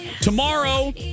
Tomorrow